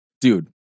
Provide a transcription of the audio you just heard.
Dude